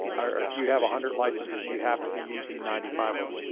are, if you have a hundred licenses, you have to be using ninety five of them.